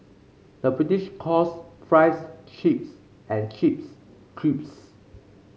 the British calls fries chips and chips crisps